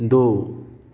ਦੋ